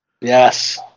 Yes